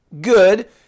good